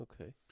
Okay